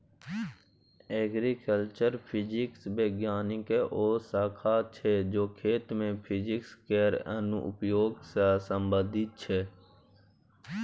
agriculture physics बिज्ञानक ओ शाखा छै जे खेती मे फिजिक्स केर अनुप्रयोग सँ संबंधित छै